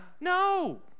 No